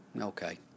okay